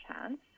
chance